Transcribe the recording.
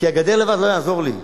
כי הגדר לבד לא תעזור לי.